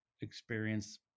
experience